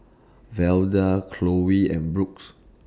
Velda Chloie and Brookes